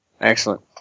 Excellent